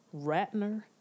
Ratner